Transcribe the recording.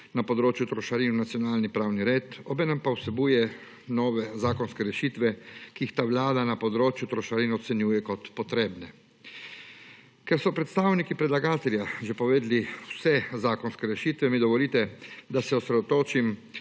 na področju trošarin v nacionalni pravni red. Ob enem pa vsebuje nove zakonske rešitve, ki jih ta Vlada na področju trošarin ocenjuje kot potrebne. Ker so predstavniki predlagatelja že povedali vse zakonske rešitve mi dovolite, da se osredotočim